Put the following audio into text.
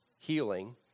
healing